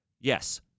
yes